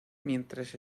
mientras